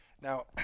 Now